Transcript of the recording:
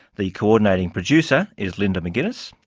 the coordinating producer is linda mcginnis,